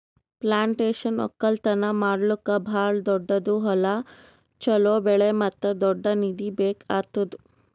plantation ಒಕ್ಕಲ್ತನ ಮಾಡ್ಲುಕ್ ಭಾಳ ದೊಡ್ಡುದ್ ಹೊಲ, ಚೋಲೋ ಬೆಳೆ ಮತ್ತ ದೊಡ್ಡ ನಿಧಿ ಬೇಕ್ ಆತ್ತುದ್